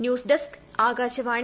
news desk Akashvani